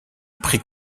pris